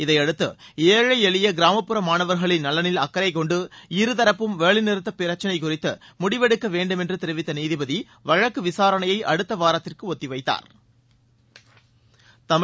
இதையடுத்து ஏழை எளிய கிராமப்புற மாணவர்களின் நலனில் அக்கறை கொண்டு இருதரப்பும் வேலைநிறுத்த பிரச்சினை குறித்து முடிவெடுக்க வேண்டும் என்று தெரிவித்த நீதிபதி வழக்கு விசாரணையை அடுத்த வாரத்திற்கு ஒத்திவைத்தாா்